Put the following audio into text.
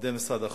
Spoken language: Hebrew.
עובדי משרד החוץ.